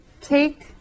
take